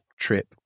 trip